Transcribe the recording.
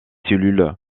cellules